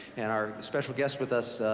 and our special guest with us,